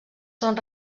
són